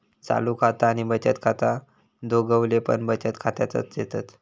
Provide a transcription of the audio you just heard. चालू खाता आणि बचत खाता दोघवले पण बचत खात्यातच येतत